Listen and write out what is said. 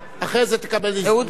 אחרי זה תקבל הזדמנות.